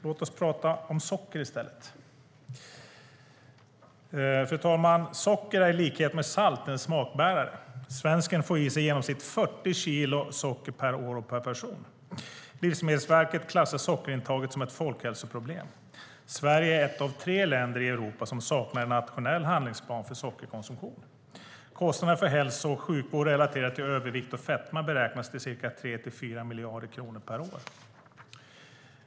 Låt oss prata om socker i stället, fru talman. Socker är i likhet med salt en smakbärare. Svensken får i sig i genomsnitt 40 kilo socker per år och person. Livsmedelverket klassar sockerintaget som ett folkhälsoproblem. Sverige är ett av tre länder i Europa som saknar en nationell handlingsplan för sockerkonsumtion. Kostnaderna för hälso och sjukvård relaterad till övervikt och fetma beräknas till 3-4 miljarder kronor per år.